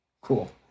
Cool